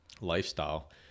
lifestyle